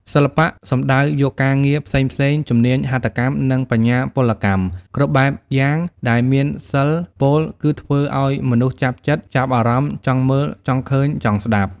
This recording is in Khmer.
សិល្បៈ សំដៅយកការងារផ្សេងៗ ជំនាញហត្ថកម្មនិងបញ្ញាពលកម្មគ្រប់បែបយ៉ាងដែលមានសិល្ប៍ ពោលគឺធ្វើឱ្យមនុស្សចាប់ចិត្ត ចាប់អារម្មណ៍ ចង់មើល ចង់ឃើញ ចង់ស្តាប់។